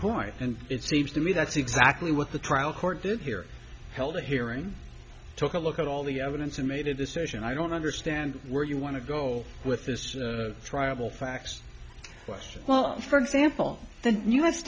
point and it seems to me that's exactly what the trial court did here held a hearing took a look at all the evidence and made a decision i don't understand where you want to go with this trial practice question well for example the u